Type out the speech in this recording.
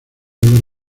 hablar